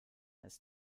ist